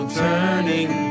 turning